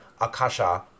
akasha